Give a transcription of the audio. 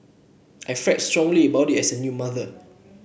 I felt strongly about it as a new mother